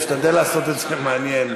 משתדל לעשות את זה מעניין.